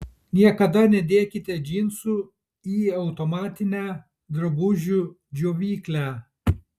niekada nedėkite džinsų į automatinę drabužių džiovyklę